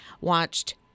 watched